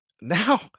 Now